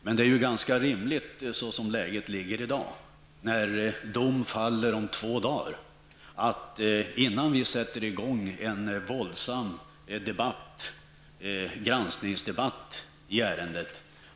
Men som läget är i dag, när dom faller om två dagar, är det ganska rimligt att avvakta dessa två dagar innan vi sätter i gång en våldsam granskningsdebatt i ärendet.